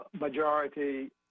majority